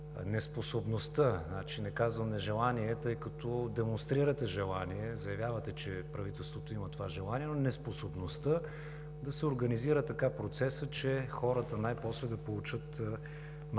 неспособността, не казвам нежелание, тъй като демонстрирате желание, заявявате, че правителството има това желание, но неспособността да се организира така процесът, че хората най-после да получат новата